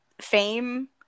fame